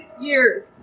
years